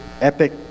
epic